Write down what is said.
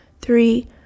three